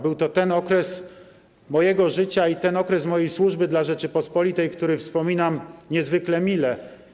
Był to ten okres mojego życia i ten okres mojej służby dla Rzeczypospolitej, który wspominam niezwykle mile.